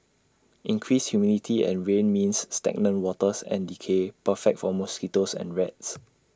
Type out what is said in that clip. increased humidity and rain means stagnant waters and decay perfect for mosquitoes and rats